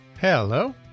Hello